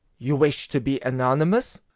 you wish to be anonymous?